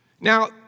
Now